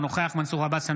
אינו נוכח מנסור עבאס,